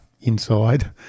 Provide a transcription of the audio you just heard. inside